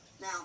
Now